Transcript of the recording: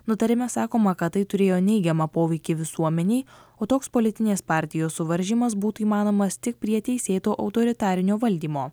nutarime sakoma kad tai turėjo neigiamą poveikį visuomenei o toks politinės partijos suvaržymas būtų įmanomas tik prie teisėto autoritarinio valdymo